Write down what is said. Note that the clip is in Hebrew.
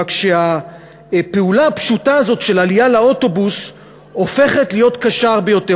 רק שהפעולה הפשוטה הזאת של עלייה לאוטובוס הופכת להיות קשה הרבה יותר.